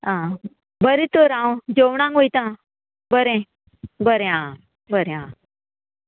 आं बरें तर हांव जेवणाक वयता बरें बरें आं बरें आ